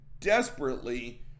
desperately